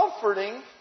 comforting